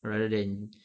rather than